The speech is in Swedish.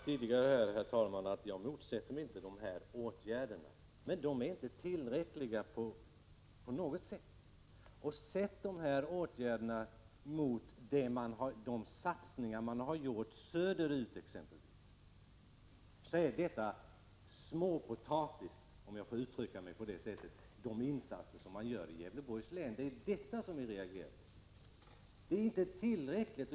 Herr talman! Jag har sagt tidigare att jag inte motsätter mig dessa åtgärder. Men de är inte tillräckliga. Sätt dessa åtgärder mot de satsningar man har gjort söderut! Då finner man att de insatser som görs i Gävleborgs län är småpotatis, om jag får uttrycka mig på det sättet. Det är detta som vi reagerar mot. Det är inte tillräckligt.